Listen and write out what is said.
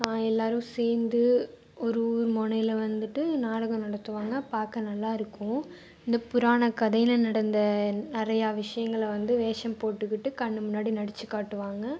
எல்லாரும் சேர்ந்து ஒரு ஊர் முனையில வந்துட்டு நாடகம் நடத்துவாங்க பார்க்க நல்லாயிருக்கும் இந்த புராணக் கதையில் நடந்த நிறையா விஷயங்களை வந்து வேஷம் போட்டுக்கிட்டு கண் முன்னாடி நடித்து காட்டுவாங்க